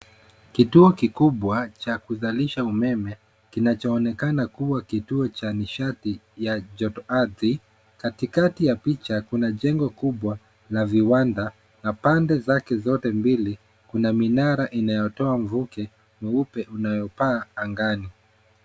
Kituo kikubwa cha kuzalisha umeme kinachoonekana kuwa kikuu cha nishadhi ya joto ardhi. Ktikati ya picha kuna jengo kubwa la viwanda na pande zake zote mibili ina minara inayotoa mvuke mweupe unayopaa angani.